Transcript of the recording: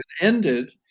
ended